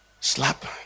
slap